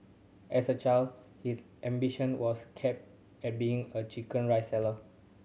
as a child his ambition was capped at being a chicken rice seller